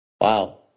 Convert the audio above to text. wow